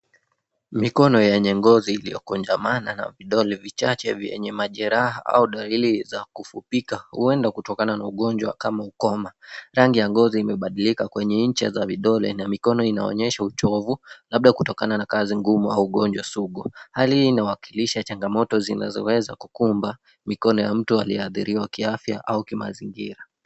Mikono ya mhusika inaonekana ikiwa imekunja, na baadhi ya vidole vikiwa vichache au vikiwa na majeraha au dalili za kufupika. Huenda hali hii imesababishwa na ugonjwa kama ukoma. Rangi ya ngozi pia imebadilika kwenye ncha za vidole, na mikono hiyo inaonyesha ishara za uchovu au maumivu, huenda kutokana na kazi ngumu au ugonjwa sugu. Hali hii inawakilisha changamoto ambazo zinaweza kuikumba mikono ya mtu aliyeathiriwa kiafya au kimazingira.